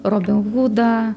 robin hudą